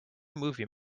movie